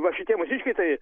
va šitie mūsiškiai